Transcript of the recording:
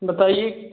बताइए